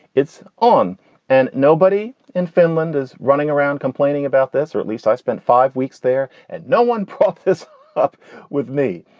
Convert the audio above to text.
it's on and nobody in finland is running around complaining about this. or at least i spent five weeks there and no one profits up with me.